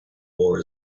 war